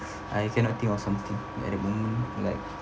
I cannot think of something at the moment like